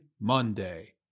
Monday